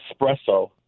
Espresso